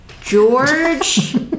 George